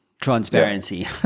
transparency